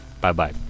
Bye-bye